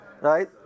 Right